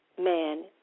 man